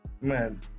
Man